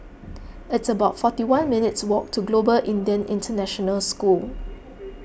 it's about forty one minutes' walk to Global Indian International School